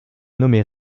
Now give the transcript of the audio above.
nommée